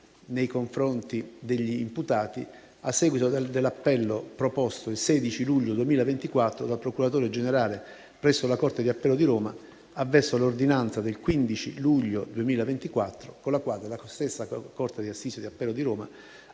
nei confronti degli imputati, a seguito dell'appello proposto il 16 luglio 2024 dal procuratore generale presso la corte di appello di Roma avverso l'ordinanza del 15 luglio 2024, con la quale la stessa corte di assise di appello di Roma